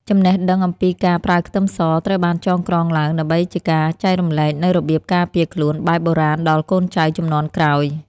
ចំណេះដឹងអំពីការប្រើខ្ទឹមសត្រូវបានចងក្រងឡើងដើម្បីជាការចែករំលែកនូវរបៀបការពារខ្លួនបែបបុរាណដល់កូនចៅជំនាន់ក្រោយ។